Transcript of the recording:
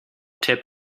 tip